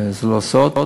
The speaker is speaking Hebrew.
וזה לא סוד.